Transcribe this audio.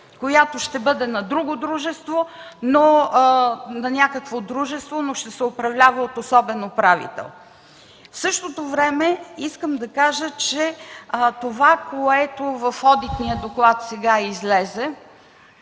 която ще бъде на някакво дружество, но ще се управлява от особен управител. В същото време искам да кажа, че това, което сега излезе